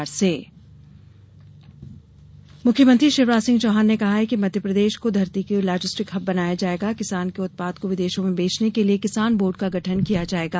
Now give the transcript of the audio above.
किसान सम्मेलन मुख्यमंत्री शिवराज सिंह चौहान ने कहा है कि मध्यप्रदेश क धरती को लाजिस्टक हब बनाया जाएगा और किसान के उत्पाद को विदेशों में बेचने के लिये किसान बोर्ड का गठन किया जाएगा